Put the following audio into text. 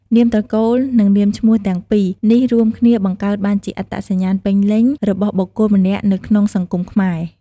នាមត្រកូល និងនាមឈ្មោះទាំងពីរនេះរួមគ្នាបង្កើតបានជាអត្តសញ្ញាណពេញលេញរបស់បុគ្គលម្នាក់នៅក្នុងសង្គមខ្មែរ។